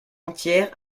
entière